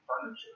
furniture